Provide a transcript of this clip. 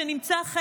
שנמצא,